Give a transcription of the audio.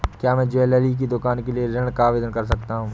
क्या मैं ज्वैलरी की दुकान के लिए ऋण का आवेदन कर सकता हूँ?